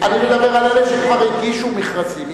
אני מדבר על אלה שכבר הגישו מכרזים.